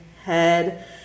head